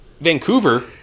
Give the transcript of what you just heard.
Vancouver